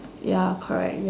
ya correct y~